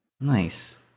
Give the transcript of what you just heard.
Nice